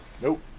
Nope